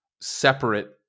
separate